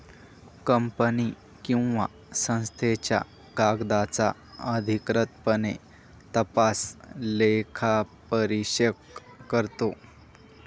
company किंवा संस्थांच्या कागदांचा अधिकृतपणे तपास लेखापरीक्षक करतो